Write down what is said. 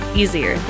easier